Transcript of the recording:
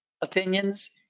opinions